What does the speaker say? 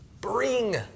bring